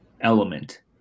element